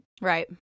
Right